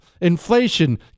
inflation